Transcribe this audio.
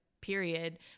period